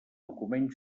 document